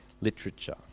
literature